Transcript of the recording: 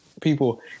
people